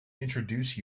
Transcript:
introduce